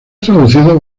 traducido